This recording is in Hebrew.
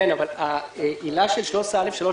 אבל העילה של 13(א)(3),